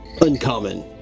uncommon